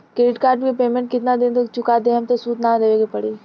Credit card के payment केतना दिन तक चुका देहम त सूद ना देवे के पड़ी?